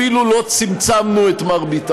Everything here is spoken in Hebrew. אפילו לא צמצמנו את מרביתה.